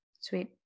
Sweet